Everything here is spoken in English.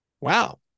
wow